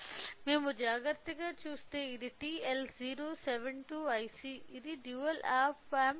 మేము జాగ్రత్తగా చూస్తే ఇది టిఎల్ 072 ఐసి ఇది డ్యూయల్ ఆప్ ఆంప్